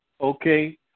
okay